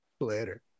Later